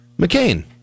McCain